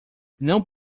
não